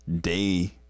day